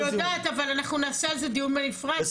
אני יודעת, אבל אנחנו נעשה על זה דיון בנפרד.